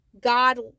God